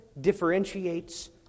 differentiates